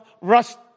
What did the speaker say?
rust